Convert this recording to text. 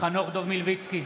חנוך דב מלביצקי,